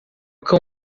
cão